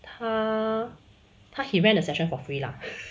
他他 he ran a session for free lah